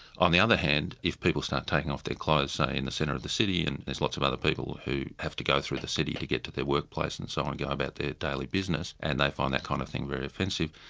on the other hand, if people start taking off their clothes say, in the centre of the city, and there's lots of other people who have to go through the city to get to their workplace and so on, and go about their daily business and they find that kind of thing very offensive,